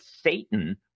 Satan